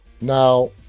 Now